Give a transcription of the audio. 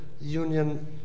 Union